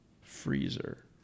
freezer